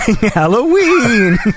Halloween